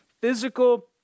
physical